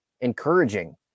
encouraging